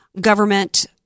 government